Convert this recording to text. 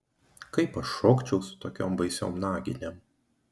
kaip aš šokčiau su tokiom baisiom naginėm